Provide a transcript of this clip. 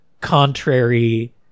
contrary